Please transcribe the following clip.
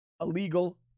illegal